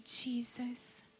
Jesus